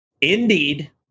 Indeed